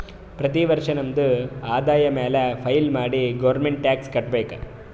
ಪ್ರತಿ ವರ್ಷ ನಮ್ದು ಆದಾಯ ಮ್ಯಾಲ ಫೈಲ್ ಮಾಡಿ ಗೌರ್ಮೆಂಟ್ಗ್ ಟ್ಯಾಕ್ಸ್ ಕಟ್ಬೇಕ್